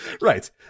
Right